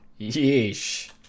Yeesh